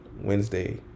Wednesday